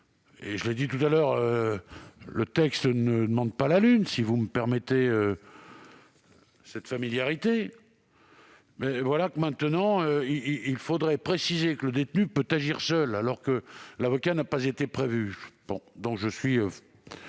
je vous ai répondu que le texte ne demandait pas la lune, si vous me permettez cette familiarité ; or voilà que maintenant il faudrait préciser que le détenu peut agir seul, alors que l'avocat n'a pas été prévu ! Je suis